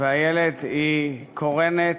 ואיילת היא קורנת,